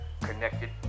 connected